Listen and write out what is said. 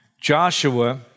Joshua